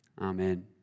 Amen